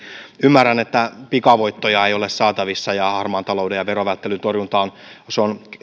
ymmärrän että pikavoittoja ei ole saatavissa ja harmaan talouden ja verovälttelyn torjunta on